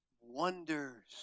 wonders